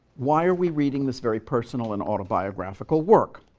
why are we reading this very personal and autobiographical work?